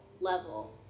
level